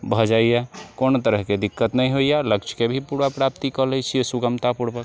भऽ जाइए कोनो तरहके दिक्कत नहि होइए लक्ष्यके भी पूरा प्राप्ति कऽ लै छियै सुगमतापूर्वक